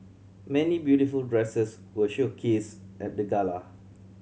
many beautiful dresses were showcased at the gala